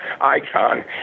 icon